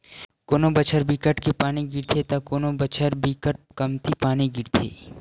कोनो बछर बिकट के पानी गिरथे त कोनो बछर बिकट कमती पानी गिरथे